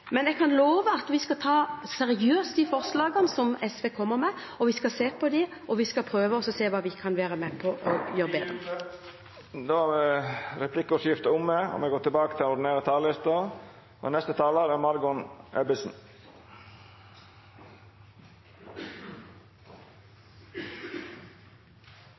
Men jeg kan love at vi skal ta seriøst de forslagene SV kommer med , vi skal se på dem, og vi skal prøve å se hva vi kan være med på. Tida er ute. Replikkordskiftet er omme. Velgerne ga de fire ikke-sosialistiske partiene flertall ved valget sist høst. Nå er resultatet av regjeringsforhandlingene klar. Vi